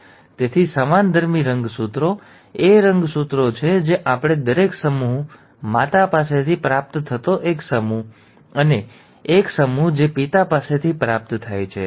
હવે તેથી સમાનધર્મી રંગસૂત્રો એ રંગસૂત્રો છે જે આપણે દરેક સમૂહ માતા પાસેથી પ્રાપ્ત થતો એક સમૂહ અને એક સમૂહ જે પિતા પાસેથી પ્રાપ્ત થાય છે